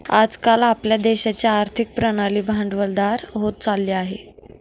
आज काल आपल्या देशाची आर्थिक प्रणाली भांडवलदार होत चालली आहे